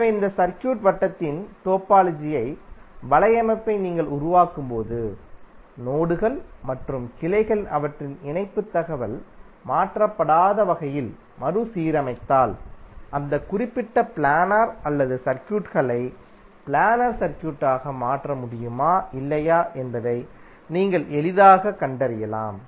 எனவே இந்த சர்க்யூட் வட்டத்தின் டோபாலஜி வலையமைப்பை நீங்கள் உருவாக்கும் போது நோடுகள் மற்றும் கிளைகளை அவற்றின் இணைப்புத் தகவல் மாற்றப்படாத வகையில் மறுசீரமைத்தால் அந்த குறிப்பிட்ட பிளானர் அல்லாத சர்க்யூட்களை பிளானர் சர்க்யூட்டாக மாற்ற முடியுமா இல்லையா என்பதை நீங்கள் எளிதாகக் கண்டறியலாம்